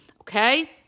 okay